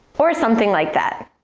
or something like that.